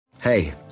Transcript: Hey